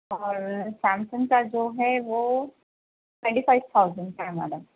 اور سیمسنگ کا جو ہے وہ تھرٹی فائیو تھاؤزینڈ کا ہے میڈم